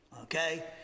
okay